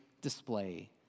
display